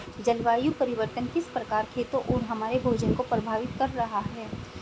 जलवायु परिवर्तन किस प्रकार खेतों और हमारे भोजन को प्रभावित कर रहा है?